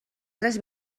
tres